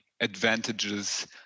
advantages